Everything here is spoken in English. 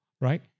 right